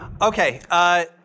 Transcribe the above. Okay